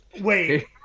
Wait